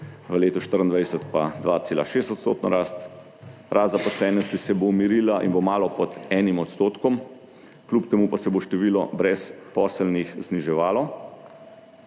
v letu 2024 pa 2,6 %. Rast zaposlenosti se bo umirila in bo malo pod enim odstotkom, kljub temu pa se bo število brezposelnih zniževalo.